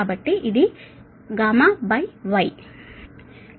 కాబట్టి ఇది y